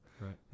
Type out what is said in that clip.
Right